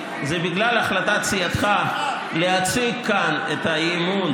זה בגלל החלטת סיעתך להציג כאן את האי-אמון